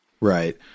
Right